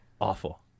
Awful